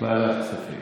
ועדת כספים.